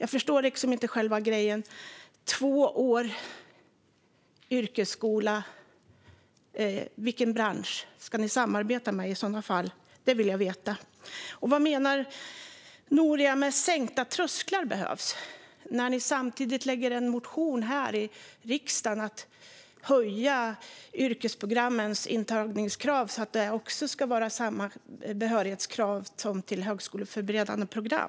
Jag förstår liksom inte själva grejen med en tvåårig yrkesskola. Vilken bransch ska ni samarbeta med i så fall? Det vill jag veta. Och vad menar Noria Manouchi med att det behövs sänkta trösklar? Ni lägger ju fram en motion här i riksdagen om att höja yrkesprogrammens intagningskrav så att det ska vara samma behörighetskrav som till högskoleförberedande program.